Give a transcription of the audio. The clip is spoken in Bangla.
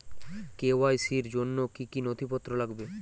কে.ওয়াই.সি র জন্য কি কি নথিপত্র লাগবে?